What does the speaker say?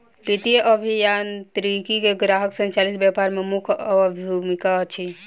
वित्तीय अभियांत्रिकी के ग्राहक संचालित व्यापार में मुख्य भूमिका अछि